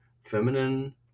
feminine